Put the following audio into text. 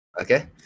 Okay